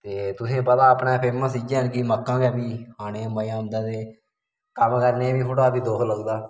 ते तुसें गी पता अपना फैमस इ'यै न कि मक्कां गै फ्ही खाने गी मज़ा औंदा ते कम्म करने गी बी थोह्ड़ा फ्ही दुक्ख लगदा